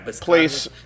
place